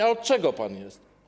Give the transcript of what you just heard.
A od czego pan jest?